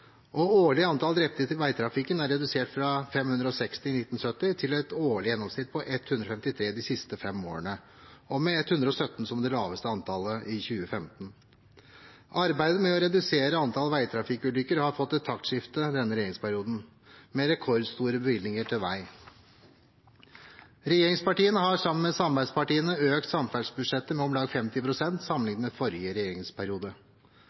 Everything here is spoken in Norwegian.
Årlig antall drepte i veitrafikken er redusert fra 560 i 1970 til et årlig gjennomsnitt på 153 de siste fem årene, og med 117 i 2015 som det laveste antallet. Arbeidet med å redusere antall veitrafikkulykker har fått et taktskifte i denne regjeringsperioden, med rekordstore bevilgninger til vei. Regjeringspartiene har sammen med samarbeidspartiene økt samferdselsbudsjettet med om lag 50 pst. sammenlignet med forrige regjeringsperiode.